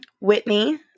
Whitney